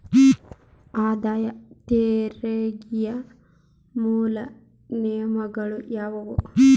ಆದಾಯ ತೆರಿಗೆಯ ಮೂಲ ನಿಯಮಗಳ ಯಾವು